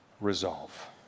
resolve